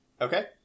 Okay